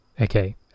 Okay